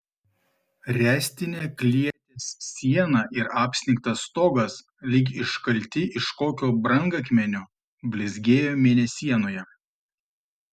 ręstinė klėties siena ir apsnigtas stogas lyg iškalti iš kokio brangakmenio blizgėjo mėnesienoje